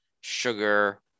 sugar